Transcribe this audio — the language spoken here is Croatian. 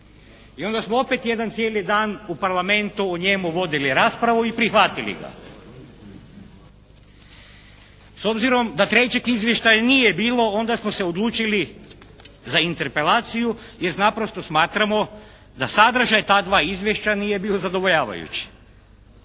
I onda smo opet jedan cijeli dan u Parlamentu o njemu vodili raspravu i prihvatili ga. S obzirom da trećeg izvještaja nije bilo onda smo se odlučili za Interpelaciju jer naprosto smatramo da sadržaj ta dva izvješća nije bio zadovoljavajući.